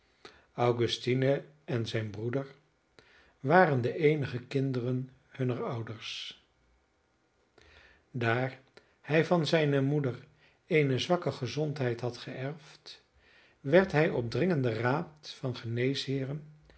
augustine en zijn broeder waren de eenige kinderen hunner ouders daar hij van zijne moeder eene zwakke gezondheid had geërfd werd hij op dringenden raad van